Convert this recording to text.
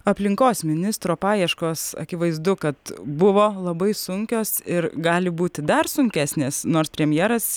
aplinkos ministro paieškos akivaizdu kad buvo labai sunkios ir gali būti dar sunkesnės nors premjeras